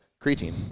Creatine